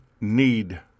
need